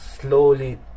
slowly